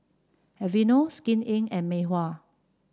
Aveeno Skin Inc and Mei Hua